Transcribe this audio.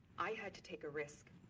i had to take a risk.